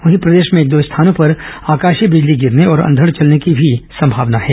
वहीं प्रदेश में एक दो स्थानों पर आकाशीय बिजली गिरने और अंघड़ चलने की भी संभावना है